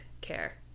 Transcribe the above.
care